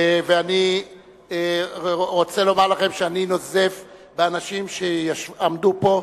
אני רוצה לומר לכם שאני נוזף באנשים שעמדו פה,